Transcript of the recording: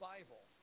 Bible